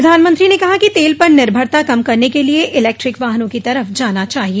प्रधानमंत्री ने कहा कि तेल पर निर्भरता कम करने के लिए इलेक्ट्रिक वाहनों की तरफ जाना चाहिए